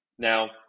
Now